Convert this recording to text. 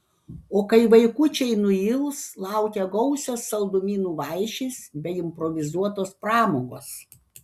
o kai vaikučiai nuils laukia gausios saldumynų vaišės bei improvizuotos pramogos